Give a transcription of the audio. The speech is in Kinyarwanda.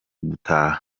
gutaha